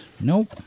Nope